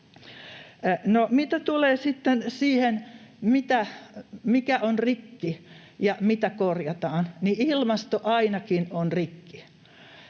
sitten siihen, mikä on rikki ja mitä korjataan, niin ilmasto ainakin on rikki.